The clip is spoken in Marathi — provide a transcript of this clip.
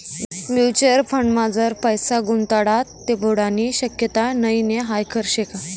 म्युच्युअल फंडमा जर पैसा गुताडात ते बुडानी शक्यता नै हाई खरं शेका?